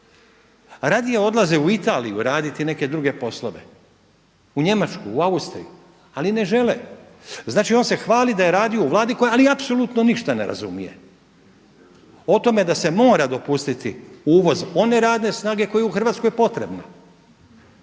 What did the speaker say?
Radije odlaze u Italiju raditi neke druge poslove, u Njemačku, u Austriju ali ne žele. Znači on se hvali da je radio u vladi koja ali apsolutno ništa ne razumije. O tome da se mora dopustiti uvoz one radne snage koja je u Hrvatskoj potrebna.